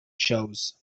shows